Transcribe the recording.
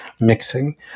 mixing